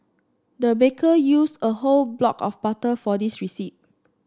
the baker used a whole block of butter for this